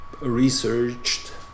researched